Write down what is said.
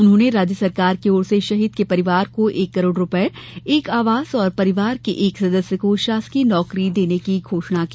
उन्होंने राज्य सरकार की ओर से शहीद के परिवार को एक करोड़ रूपये एक आवास और परिवार के एक सदस्य को शासकीय नौकरी देने की घोषणा की